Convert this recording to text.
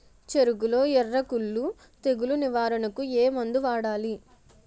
చెఱకులో ఎర్రకుళ్ళు తెగులు నివారణకు ఏ మందు వాడాలి?